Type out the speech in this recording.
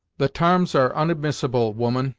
the tarms are onadmissable, woman,